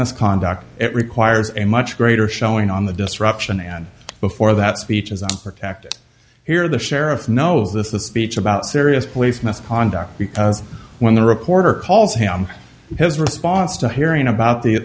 misconduct it requires a much greater showing on the disruption and before that speech is protected here the sheriff knows this the speech about serious police misconduct because when the reporter calls him his response to hearing about the